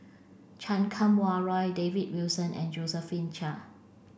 Chan Kum Wah Roy David Wilson and Josephine Chia